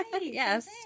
Yes